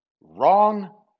Wrong